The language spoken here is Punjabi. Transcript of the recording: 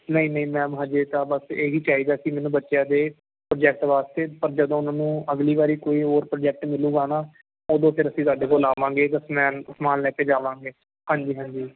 ਨਹੀਂ ਨਹੀਂ ਮੈਮ ਹਜੇ ਤਾਂ ਬਸ ਇਹ ਹੀ ਚਾਹੀਦਾ ਸੀ ਮੈਨੂੰ ਬੱਚਿਆਂ ਦੇ ਪ੍ਰੋਜੈਕਟ ਵਾਸਤੇ ਪਰ ਜਦੋਂ ਉਹਨਾਂ ਨੂੰ ਅਗਲੀ ਵਾਰ ਕੋਈ ਹੋਰ ਪ੍ਰੋਜੈਕਟ ਮਿਲੂਗਾ ਨਾ ਤਾਂ ਉਦੋਂ ਫਿਰ ਅਸੀਂ ਤੁਹਾਡੇ ਕੋਲ ਆਵਾਂਗੇ ਅਤੇ ਅਸੀਂ ਮੈਮ ਸਮਾਨ ਲੈ ਕੇ ਜਾਵਾਂਗੇ ਹਾਂਜੀ ਹਾਂਜੀ